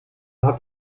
hat